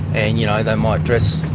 and you know, they might dress